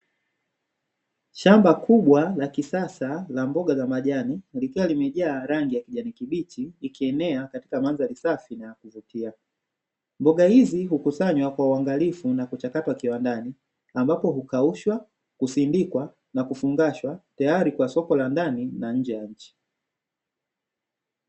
Shamba kubwa la kisasa la mboga za majani likiwa limejaa rangi ya kijani kibichi ikienea katika mandhari safi na ya kuvutia. Mboga hizi hukusanywa kwa uangalifu na kuchakatwa kiwandani ambapo hukaushwa, kusindikwa na kufungashwa tayari kwa soko la ndani na nje ya nchi.